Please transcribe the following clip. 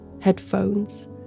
headphones